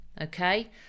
Okay